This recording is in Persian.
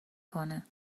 کنه